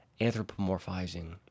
Anthropomorphizing